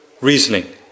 reasoning